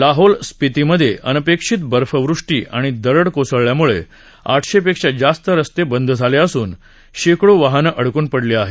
लाहोल स्पितीमधे अनपेक्षित बर्फवृष्टी आणि दरड कोसळल्यामुळे आठशे पेक्षा जास्त रस्ते बंद झाले असून शेकडो वाहनं अडकून पडली आहेत